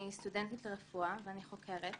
אני סטודנטית לרפואה ואני חוקרת,